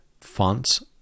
fonts